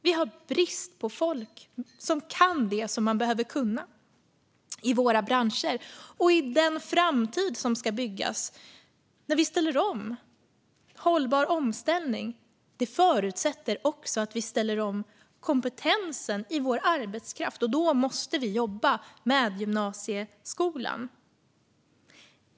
Vi har brist på folk som kan det som man behöver kunna i våra branscher och i den framtid som ska byggas när vi ställer om. En hållbar omställning förutsätter också att vi ställer om kompetensen i vår arbetskraft, och då måste vi jobba med gymnasieskolan.